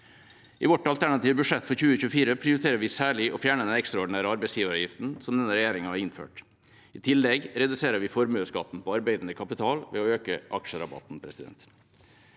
I vårt alternative budsjett for 2024 prioriterer vi særlig å fjerne den ekstraordinære arbeidsgiveravgiften, som denne regjeringa har innført. I tillegg reduserer vi formuesskatten på arbeidende kapital ved å øke aksjerabatten. Den